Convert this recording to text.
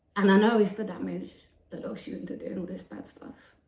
and i know it's the damage that locks you into doing all this bad stuff,